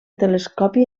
telescopi